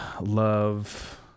Love